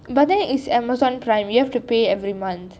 but there is amazon prime you have to pay every month